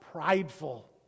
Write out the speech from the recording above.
prideful